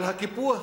על הקיפוח,